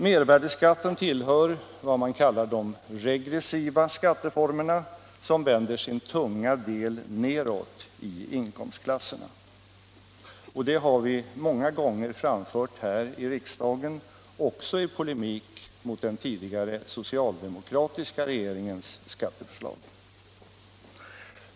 Mervärdeskatten tillhör vad man kallar de regressiva skatteformerna, som vänder sin tunga del neråt i inkomstklasserna. Det har vi många gånger framfört här i riksdagen, också i polemik mot den tidigare socialdemokratiska regeringens skatteförslag.